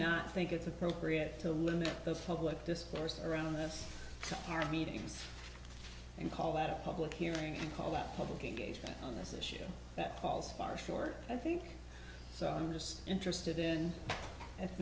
not think it's appropriate to limit those public discourse around this current meetings and call that a public hearing call that public engagement on this issue that falls far short i think so i'm just interested in i